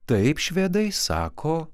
taip švedai sako